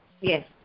yes